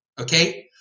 okay